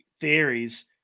theories